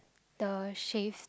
the shaved